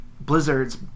Blizzard's